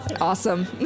Awesome